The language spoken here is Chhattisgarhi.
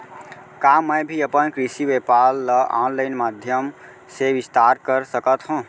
का मैं भी अपन कृषि व्यापार ल ऑनलाइन माधयम से विस्तार कर सकत हो?